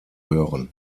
hören